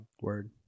Word